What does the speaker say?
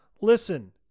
listen